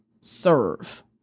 serve